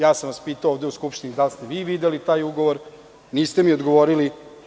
Ja sam vas pitao ovde u Skupštini da li ste vi videli taj ugovor, niste mi odgovorili.